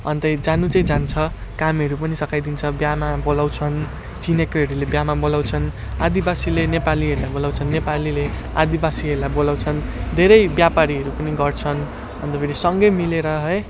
अन्तै जान चाहिँ जान्छ कामहरू पनि सघाइदिन्छ बिहामा बोलाउँछन् चिनेकोहरूले बिहामा बोलाउँछन् आदिवासीले नेपालीहरूलाई बोलाउँछन् नेपालीले आदिवासीहरूलाई बोलाउँछन् धेरै व्यापारीहरू पनि गर्छन् अन्त फेरि सँगै मिलेर है